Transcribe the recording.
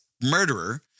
murderer